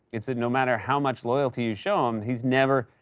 it's that, no matter how much loyalty you show him, he's never,